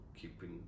keeping